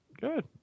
good